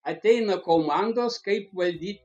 ateina komandos kaip valdyt